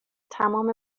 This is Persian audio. تمام